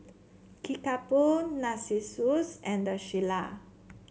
Kickapoo Narcissus and The Shilla